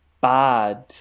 bad